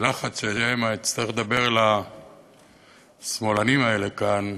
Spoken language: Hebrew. בלחץ שמא אצטרך לדבר אל השמאלנים האלה כאן.